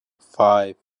five